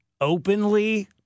openly